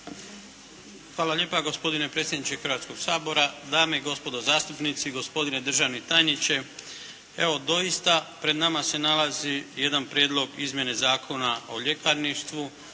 Hvala lijepa gospodine predsjedniče Hrvatskoga sabora, dame i gospodo zastupnici, gospodine državni tajniče. Evo, doista, pred nama se nalazi jedan prijedlog izmjene Zakona o ljekarništvu